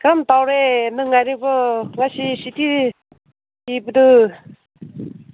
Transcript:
ꯀꯔꯝ ꯇꯧꯔꯦ ꯅꯨꯡꯉꯥꯏꯔꯤꯕꯣ ꯉꯁꯤ ꯁꯨꯇꯤ ꯄꯤꯕꯗꯨ